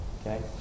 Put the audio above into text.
Okay